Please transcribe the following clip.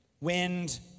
wind